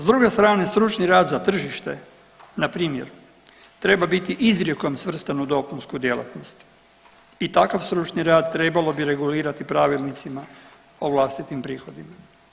S druge strane stručni rad za tržište npr. treba biti izrijekom svrstan u dopunsku djelatnost i takav stručni rad trebalo bi regulirati pravilnicima o vlastitim prihodima.